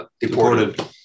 deported